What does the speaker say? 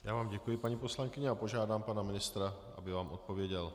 Já vám děkuji, paní poslankyně, a požádám pana ministra, aby vám odpověděl.